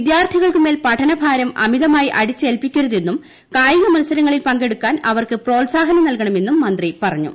വിദ്യാർത്ഥികൾക്കു മേൽ പഠനഭാരം അമിതമായി അടിച്ചേൽപ്പിക്കരുതെന്നും കായിക മൽസരങ്ങളിൽ പങ്കെടുക്കാൻ അവർക്ക് പ്രോത്സാഹനം നൽകണമെന്നും മന്ത്രി പറഞ്ഞു